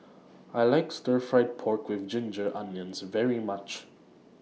I like Stir Fried Pork with Ginger Onions very much